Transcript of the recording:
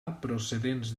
procedents